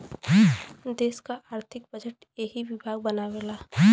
देस क आर्थिक बजट एही विभाग बनावेला